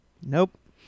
Nope